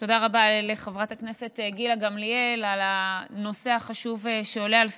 תודה רבה לחברת הכנסת גילה גמליאל על הנושא החשוב שעולה על סדר-היום,